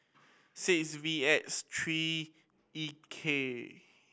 six V S three E K